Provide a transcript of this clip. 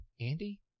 Andy